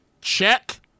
check